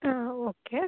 ಹಾಂ ಓಕೆ